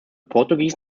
portuguese